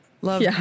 Love